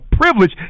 privilege